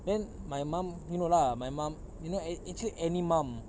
then my mum you know lah my mum you know ac~ actually any mum